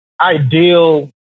ideal